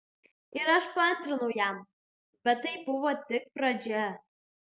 ir aš paantrinau jam bet tai buvo tik pradžia